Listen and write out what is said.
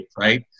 Right